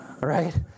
right